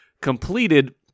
completed